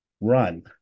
run